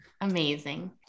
Amazing